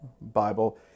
Bible